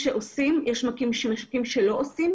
משק,